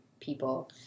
people